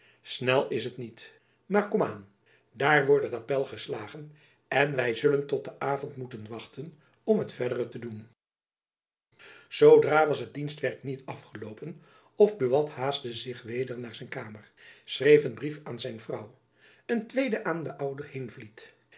snel is het niet maar komaan daar wordt het appèl geslagen en wy zullen tot den avond moeten wachten om het verdere te doen zoodra was het dienstwerk niet afgeloopen of buat haastte zich weder naar zijn kamer schreef een brief aan zijn vrouw een tweeden aan den ouden heenvliet